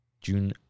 June